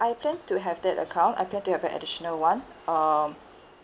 I plan to have that account I plan to have an additional one um